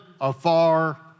afar